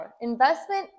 investment